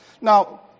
Now